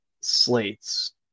slates